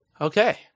Okay